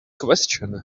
question